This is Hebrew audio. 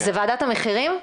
זה ועדת המחירים?